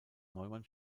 neumann